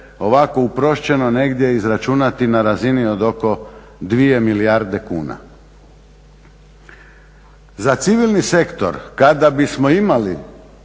ovako uproščeno negdje izračunati na razini od oko dvije milijarde kuna. Za civilni sektor kada bismo imali